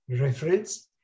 reference